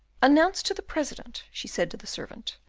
announce to the president, she said to the servant,